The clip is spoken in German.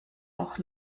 auch